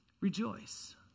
rejoice